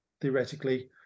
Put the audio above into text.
theoretically